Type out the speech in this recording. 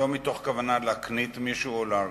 זה לא מתוך כוונה להקניט מישהו או להרגיז,